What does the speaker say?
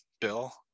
bill